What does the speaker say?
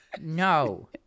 no